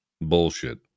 Bullshit